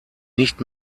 nicht